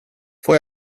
får